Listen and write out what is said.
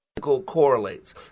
correlates